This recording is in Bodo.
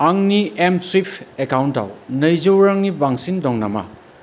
आंनि एमस्वुइफ एकाउन्टाव नैजौ रांनि बांसिन दं नामा